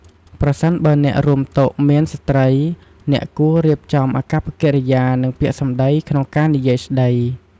ប្រសិនបើអ្នករួមតុមានស្ត្រី អ្នកគួររៀបចំអាកប្បកិរិយា និងពាក្យសម្ដីក្នុងការនិយាយស្ដី។